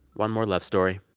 one more love story.